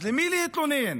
אז למי להתלונן?